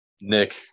Nick